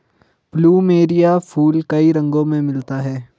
plumeria फूल कई रंगो में मिलता है